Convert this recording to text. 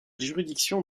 juridiction